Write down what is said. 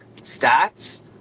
stats